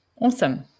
Awesome